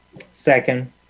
Second